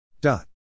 dot